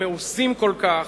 המאוסים כל כך,